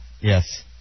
Yes